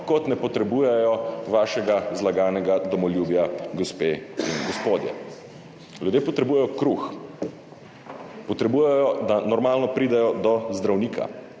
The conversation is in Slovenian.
kot ne potrebujejo vašega zlaganega domoljubja, gospe in gospodje. Ljudje potrebujejo kruh, potrebujejo to, da normalno pridejo do zdravnika,